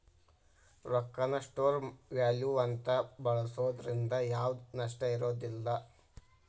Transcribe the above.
ರೊಕ್ಕಾನ store value ಅಂತ ಬಳ್ಸೋದ್ರಿಂದ ಯಾವ್ದ್ ನಷ್ಟ ಇರೋದಿಲ್ಲ